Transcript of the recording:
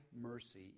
mercy